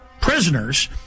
prisoners